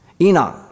Enoch